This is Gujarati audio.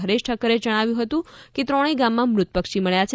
હરેશ ઠક્કરે જણાવ્યું હતું કે ત્રણેય ગામમાં મૃત પક્ષી મબ્યા છે